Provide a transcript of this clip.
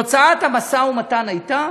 תוצאת המשא-ומתן הייתה